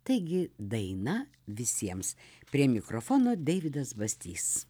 taigi daina visiems prie mikrofono deividas bastys